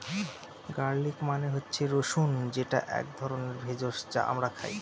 garlic মানে হচ্ছে রসুন যেটা এক ধরনের ভেষজ যা আমরা খাই